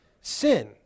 sin